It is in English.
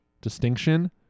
distinction